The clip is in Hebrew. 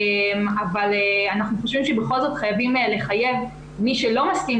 אבל אנחנו חושבים שבכל זאת חייבים לחייב מי שלא מסכים